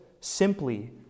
simply